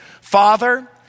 Father